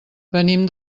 venim